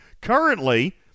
currently